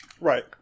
Right